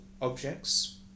objects